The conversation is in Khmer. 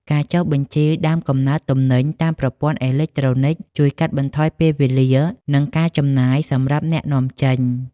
ការចុះបញ្ជីដើមកំណើតទំនិញតាមប្រព័ន្ធអេឡិចត្រូនិក ជួយកាត់បន្ថយពេលវេលា និងការចំណាយសម្រាប់អ្នកនាំចេញ។